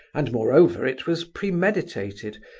and moreover it was premeditated,